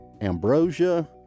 ambrosia